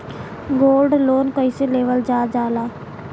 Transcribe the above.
Gold loan कईसे लेवल जा ला?